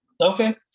Okay